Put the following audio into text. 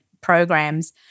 programs